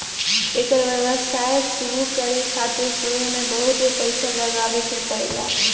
एकर व्यवसाय शुरु करे खातिर शुरू में बहुत पईसा लगावे के पड़ेला